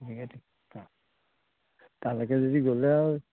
তালৈকে যদি গ'লে আৰু